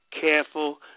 careful